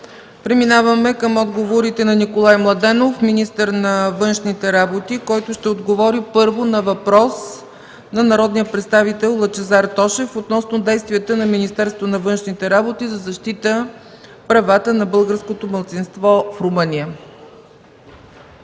Преминаваме към отговорите на Николай Младенов – министър на външните работи, който първо ще отговори на въпрос на народния представител Лъчезар Тошев относно действията на Министерството на външните работи за защита правата на българското малцинство в Румъния.